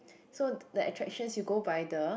so the attractions you go by the